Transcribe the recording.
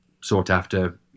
sought-after